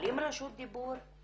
מקבלים רשות דיבור,